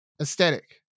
Aesthetic